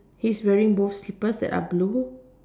he is wearing both slippers that are blue